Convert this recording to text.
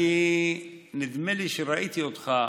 נדמה לי שראיתי אותך